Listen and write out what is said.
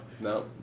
No